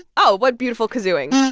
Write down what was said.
oh, what beautiful kazooing